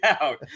out